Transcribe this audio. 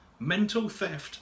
mentaltheft